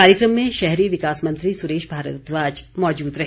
कार्यक्रम में शहरी विकास मंत्री सुरेश भारद्वाज मौजूद रहे